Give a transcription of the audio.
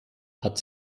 hat